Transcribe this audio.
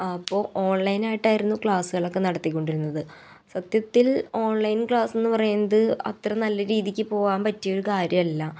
അപ്പോൾ ഓൺ ലൈനായിട്ടാരുന്നീ ക്ലാസ്സ്കളക്കെ നടത്തിക്കൊണ്ടിരുന്നത് സത്യത്തിൽ ഓൺലൈൻ ക്ലാസ്സെന്ന് പറയുന്നത് അത്ര നല്ല രീതിക്ക് പോകാൻ പറ്റിയൊരു കാര്യമല്ല